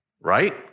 Right